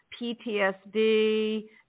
PTSD